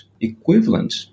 equivalent